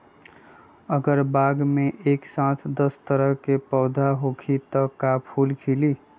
अगर बाग मे एक साथ दस तरह के पौधा होखि त का फुल खिली?